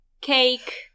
cake